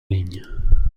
ligne